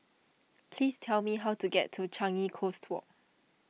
please tell me how to get to Changi Coast Walk